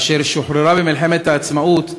אשר שוחררה במלחמת העצמאות,